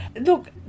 look